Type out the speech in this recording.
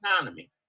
economy